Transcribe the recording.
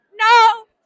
no